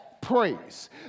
praise